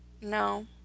No